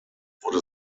wurde